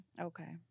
Okay